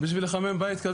מי שמאיישים את המשרה